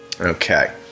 Okay